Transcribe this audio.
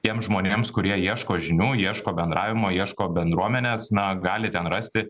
tiems žmonėms kurie ieško žinių ieško bendravimo ieško bendruomenės na gali ten rasti